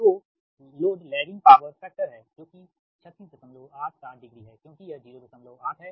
तो load lagging power factor है जो कि 3687 डिग्री है क्योंकि यह 08 है